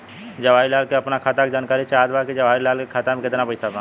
जवाहिर लाल के अपना खाता का जानकारी चाहत बा की जवाहिर लाल के खाता में कितना पैसा बा?